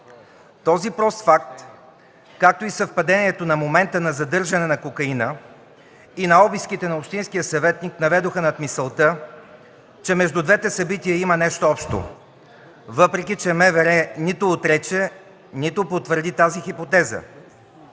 Този постфакт, както и съвпадението на момента на задържане на кокаина и на обиските на общинския съветник наведоха на мисълта, че между двете събития има нещо общо, въпреки че МВР нито отрече, нито потвърди тази хипотеза.